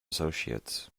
associates